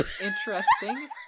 interesting